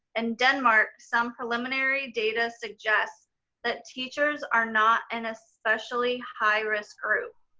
in denmark, some preliminary data suggests that teachers are not an especially high risk group.